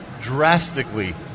drastically